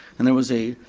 and there was a